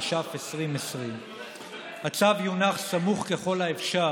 התש"ף 2020. הצו יונח סמוך ככל האפשר